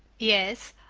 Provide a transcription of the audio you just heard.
yes,